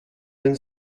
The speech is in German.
den